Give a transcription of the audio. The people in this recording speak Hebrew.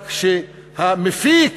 רק שהמפיק,